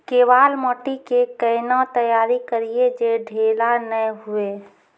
केवाल माटी के कैना तैयारी करिए जे ढेला नैय हुए?